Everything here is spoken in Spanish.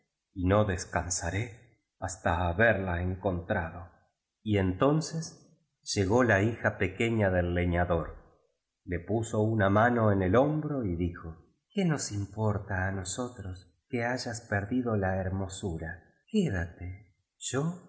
no descansaré hasta haberla encontrado y entonces llegó la hija pequeña del leñador le puso una mano en el hombro y dijo qué nos importa á nosotros que hayas perdido la her mosura quédate yo no